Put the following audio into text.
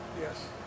Yes